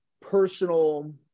personal